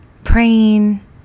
praying